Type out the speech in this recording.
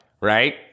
right